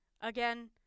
again